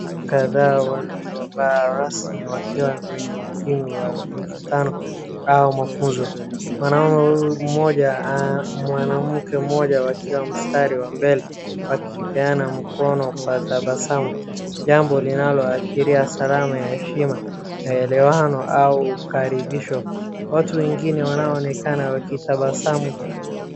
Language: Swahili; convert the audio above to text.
Kadhaa waliovaa rasmi wakiwa kwenye ukumbi wa mikutano au mafunzo, mwanaume mmoja au mwanamke mmoja wakiwa msitari wa mbele wakipeana mkono kwa tabasamu, jambo linaloashiria salamu ya heshima au maelewano au ukaribisho, watu wengine wanaoonekana waitabasamu.